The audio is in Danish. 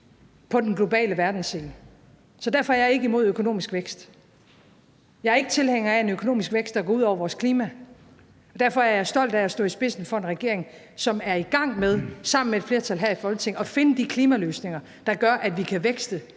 på den globale verdensscene. Så derfor er jeg ikke imod økonomisk vækst. Jeg er ikke tilhænger af en økonomisk vækst, der går ud over vores klima, og derfor er jeg stolt af at stå i spidsen for en regering, som sammen med et flertal her i Folketinget er i gang med at finde de klimaløsninger, der gør, at vi kan vækste,